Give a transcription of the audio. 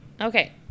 okay